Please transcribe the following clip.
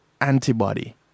antibody